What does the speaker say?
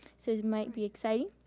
so this might be exciting.